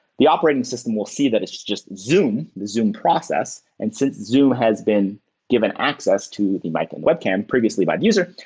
the operating system will see that it's just just zoom, the zoom process. and since zoom has been given access to the mic and the web cam previously by the user,